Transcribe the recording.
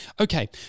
Okay